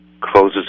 closes